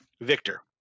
Victor